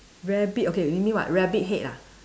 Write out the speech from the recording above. rabbit okay you mean what rabbit head ah